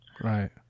Right